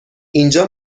اینجا